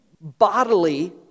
bodily